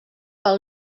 pel